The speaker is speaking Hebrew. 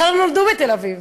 בכלל לא נולדו בתל-אביב.